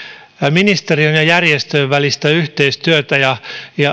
ministeriön ja järjestöjen välistä yhteistyötä ja